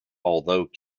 although